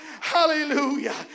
Hallelujah